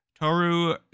Toru